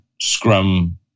Scrum